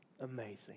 amazing